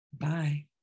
Bye